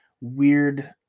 weird